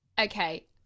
Okay